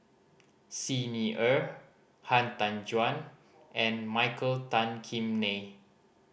Xi Ni Er Han Tan Juan and Michael Tan Kim Nei